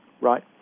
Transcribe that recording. Right